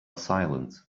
silent